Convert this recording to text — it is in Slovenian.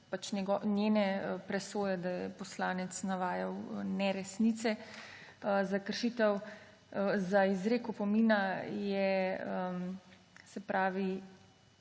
pač njene presoje, da je poslanec navajal neresnice. Za kršitev, za izrek opomina je, se pravi,